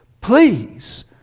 please